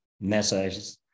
messages